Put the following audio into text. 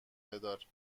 بدار